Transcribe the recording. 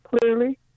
clearly